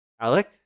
Alec